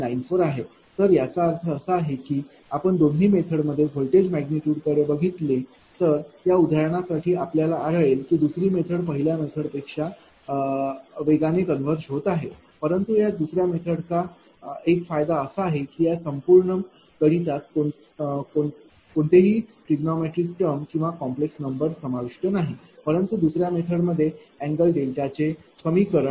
94 आहे तर याचा अर्थ असा आहे की आपण दोन्ही मेथडमध्ये व्होल्टेज मॅग्निट्यूडकडे बघितले तर या उदाहरणासाठी आपल्याला आढळेल की दुसरी मेथड पहिल्या मेथड पेक्षा वेगाने कन्वर्ज होत आहे परंतु या दुसर्या मेथडचा एक फायदा असा आहे की या संपूर्ण गणितात कोणतीही ट्रिगनमेट्रिक टर्म किंवा कॉम्प्लेक्स नंबर समाविष्ट नाही परंतु दुसर्या मेथडमध्ये अँगल चे समीकरण